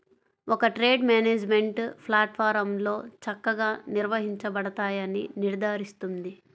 ఒక trade management ప్లాట్ఫారమ్లో చక్కగా నిర్వహించబడతాయని నిర్ధారిస్తుంది